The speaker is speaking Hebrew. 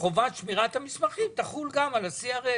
שחובת שמירת המסמכים תחול גם על ה-CRS?